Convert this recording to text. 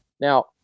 now